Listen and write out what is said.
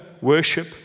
worship